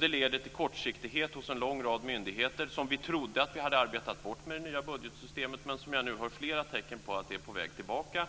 Det leder till kortsiktighet hos en lång rad myndigheter som vi trodde att vi hade arbetat bort med det nya budgetsystemet men som jag nu hör flera tecken på att det är på väg tillbaka.